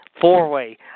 Four-way